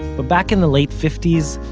but back in the late fifties,